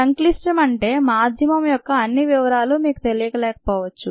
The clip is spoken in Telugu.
సంక్లిష్టం అంటే మాధ్యమం యొక్క అన్ని వివరాలు మీకు తెలియకపోవచ్చు